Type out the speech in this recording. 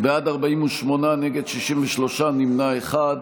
בעד, 48, נגד, 63, נמנע אחד.